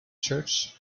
church